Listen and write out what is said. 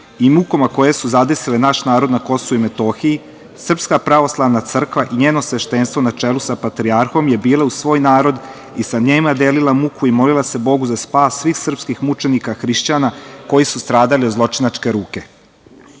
i mukama koje su zadesile naš narod na Kosovu i Metohiji, SPC i njeno sveštenstvo na čelu sa patrijarhom je bila uz svoj narod i sa njima delila muku i molila se Bogu za spas svih srpskih mučenika hrišćana, koji su stradali od zločinačke